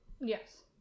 Yes